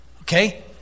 Okay